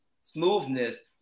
smoothness